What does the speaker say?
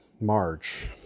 March